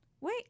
wait